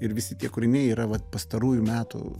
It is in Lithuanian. ir visi tie kūriniai yra vat pastarųjų metų